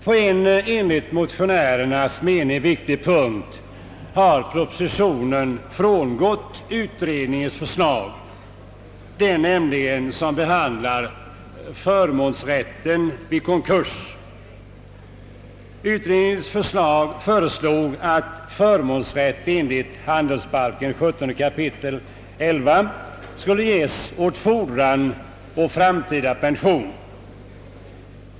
På en enligt motionärernas mening viktig punkt har propositionen frångått utredningens förslag, nämligen den som behandlar förmånsrätt vid konkurs. Utredningen föreslog att förmånsrätt enligt 17 kap. 11 § handelsbalken skulle ges åt fordran å framtida pension.